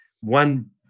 one